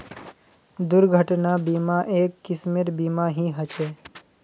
दुर्घटना बीमा, एक किस्मेर बीमा ही ह छे